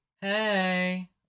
Hey